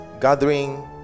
gathering